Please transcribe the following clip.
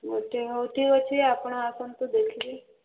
ଗୋଟେ ହଉ ଠିକ୍ ଅଛି ଆପଣ ଆସନ୍ତୁ ଦେଖିବେ